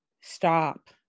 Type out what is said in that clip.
Stop